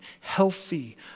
healthy